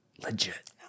legit